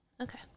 okay